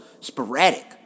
sporadic